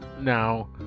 Now